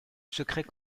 secret